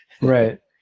Right